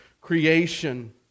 creation